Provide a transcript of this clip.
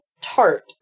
tart